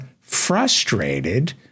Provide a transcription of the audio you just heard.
frustrated